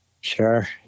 Sure